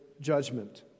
judgment